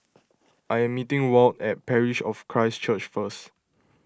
I am meeting Walt at Parish of Christ Church first